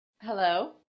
Hello